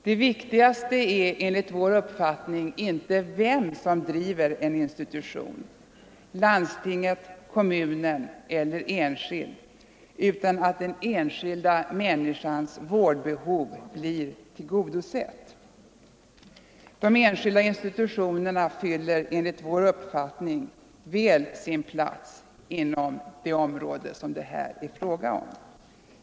Det viktigaste är enligt vår uppfattning inte vem som driver en institution — landstinget, kommunen eller enskilda — utan att den enskilda människans vårdbehov blir tillgodosett. De enskilda institutionerna fyller enligt vår uppfattning väl sin plats inom det område det här är fråga om. Herr talman!